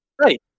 Right